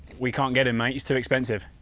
we can't get him mate, he's too expensive.